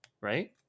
right